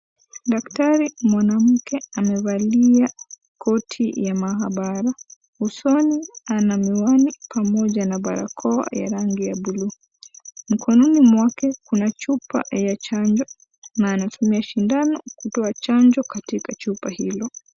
Daktari mwanmke amevalia koti la mahabala. Usoni ana miwani ya barakoa ya rangi ya buluu. Mkononi mwake kuna chupa ya chanjo na anatumia sindano kutoa chanjo katika chupa hilo.